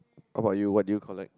how about you what do you collect